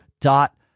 dot